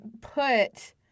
put